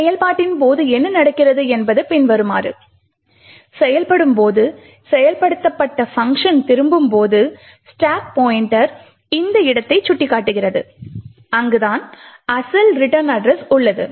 செயல்பாட்டின் போது என்ன நடக்கிறது என்பது பின்வருமாறு செயல்படும் போது செயல்படுத்தப்பட்ட பங்க்ஷன் திரும்பும் போது ஸ்டாக் பாய்ண்ட்டர் இந்த இடத்தை சுட்டிக்காட்டுகிறது அங்கு தான் அசல் ரிட்டர்ன் அட்ரஸ் உள்ளது